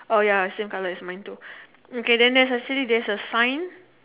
oh ya same colour as mine too okay then there is a city there is sign